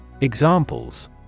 Examples